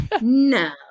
no